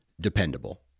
dependable